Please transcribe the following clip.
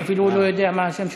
הוא אפילו לא יודע מה השם שלו.